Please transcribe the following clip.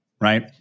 right